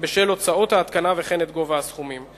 בשל הוצאות ההתקנה, וכן את גובה הסכומים.